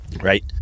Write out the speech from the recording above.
right